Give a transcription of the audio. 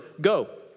Go